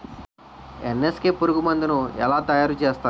NSK పురుగు మందు ను ఎలా తయారు చేస్తారు?